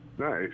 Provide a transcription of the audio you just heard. Nice